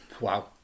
Wow